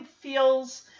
feels